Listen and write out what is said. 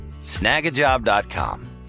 snagajob.com